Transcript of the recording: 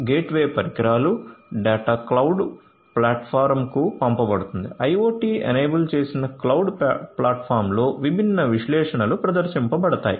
gateway పరికరాలు data cloud ప్లాట్ఫారమ్కు పంపబడుతుంది IOT ఎనేబుల్ చేసిన క్లౌడ్ ప్లాట్ఫాం లో విభిన్న విశ్లేషణలు ప్రదర్శింపబడతాయి